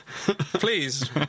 please